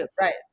right